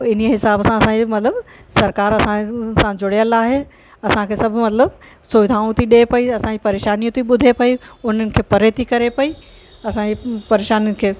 इन्हीअ हिसाब सां असांजो मतिलबु सरकार असां सां जुड़ियल आहे असांखे सभु मतिलबु सुविधाऊं थी ॾे पयी असांजी परेशानियूं थी ॿुधे पयी उन्हनि खे परे थी करे पयी असांजी परेशानियुनि खे